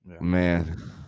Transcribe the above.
man